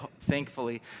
thankfully